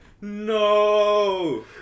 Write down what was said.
no